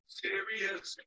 serious